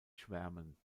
schwärmen